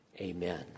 Amen